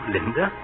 Linda